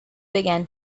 began